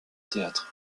théâtre